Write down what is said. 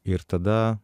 ir tada